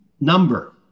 number